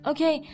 Okay